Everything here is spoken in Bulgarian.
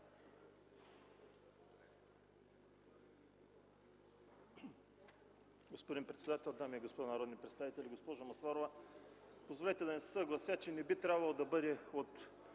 Господин председател, дами и господа народни представители! Госпожо Масларова, позволете да не се съглася, че не би трябвало тези